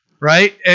Right